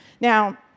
Now